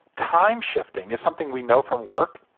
time-shifting is something we know from work,